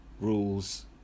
rules